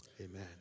Amen